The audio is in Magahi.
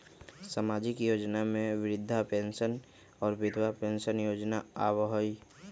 सामाजिक योजना में वृद्धा पेंसन और विधवा पेंसन योजना आबह ई?